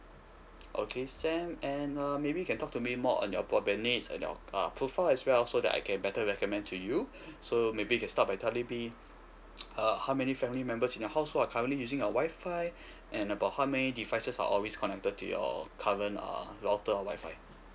okay sam and um maybe you can talk to me more on your broadband needs and your uh profile as well so that I can better recommend to you so maybe you can start by telling me uh how many family members in your house who are currently using your wi-fi and about how many devices are always connected to your current err router or wi-fi